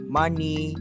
money